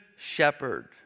shepherd